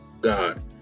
god